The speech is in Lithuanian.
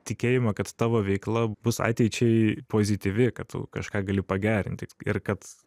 tikėjimą kad tavo veikla bus ateičiai pozityvi kad tu kažką gali pagerinti ir kad